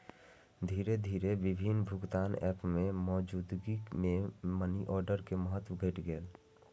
धीरे धीरे विभिन्न भुगतान एप के मौजूदगी मे मनीऑर्डर के महत्व घटि गेलै